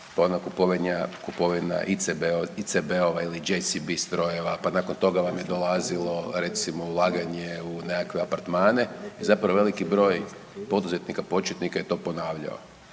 kupovina ICB ili GSB strojeva, pa nakon toga vam je dolazilo recimo ulaganje u nekakve apartmane i zapravo veliki broj poduzetnika početnika je to ponavljao